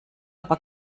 aber